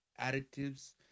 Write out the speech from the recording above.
additives